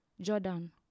Jordan